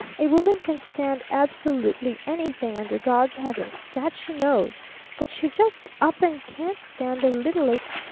a woman can stand absolutely anything under god's heaven that she knows but she just up and can't stand the littlest,